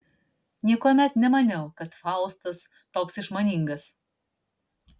niekuomet nemaniau kad faustas toks išmaningas